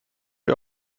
wir